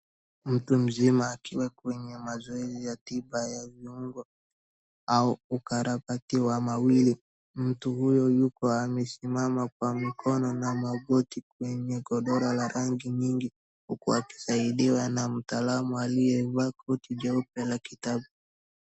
Mtu mzima akiwa kwenye mazoezi ya tiba ya viungo au ukarabati wa mwili. Mtu huyo yuko amesimama kwa mikono na magoti kwenye godoro la rangi mingi, huku akisaidiwa na mtaalamu aliyevaa koti jeupe la kitabu.